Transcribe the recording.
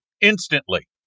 instantly